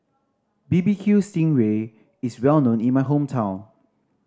barbecue sting ray is well known in my hometown